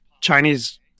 Chinese